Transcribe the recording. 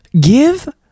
Give